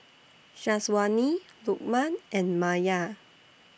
Syazwani Lukman and Maya